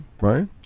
right